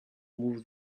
move